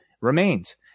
remains